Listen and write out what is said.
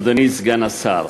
אדוני סגן השר,